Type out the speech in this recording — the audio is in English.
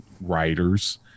writers